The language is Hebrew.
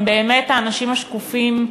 הם באמת האנשים השקופים,